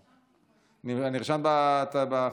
נרשמתי.